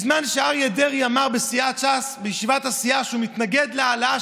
אני אומר לכם שאת הדבר הזה יזכירו לכם בקמפיין בשלושת החודשים